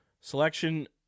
selection